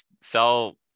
sell